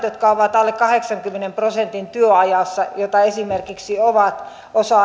jotka ovat alle kahdeksankymmenen prosentin työajassa esimerkiksi osa